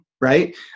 right